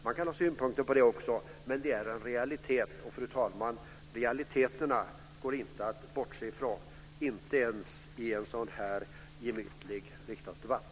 Det går att ha synpunkter på det också, men det är en realitet. Fru talman! Det går inte att bortse från realiteterna, inte ens i en sådan här gemytlig riksdagsdebatt.